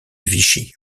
vichy